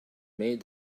made